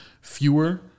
Fewer